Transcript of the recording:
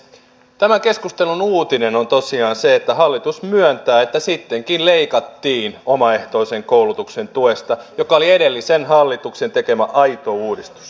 tämän keskustelun uutinen on tosiaan se että hallitus myöntää että sittenkin leikattiin omaehtoisen koulutuksen tuesta joka oli edellisen hallituksen tekemä aito uudistus